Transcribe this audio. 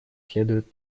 следует